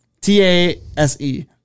T-A-S-E